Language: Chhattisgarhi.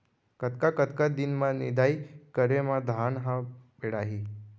कतका कतका दिन म निदाई करे म धान ह पेड़ाही?